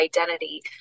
identity